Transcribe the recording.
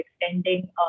extending